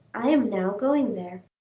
i am now going there.